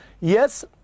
Yes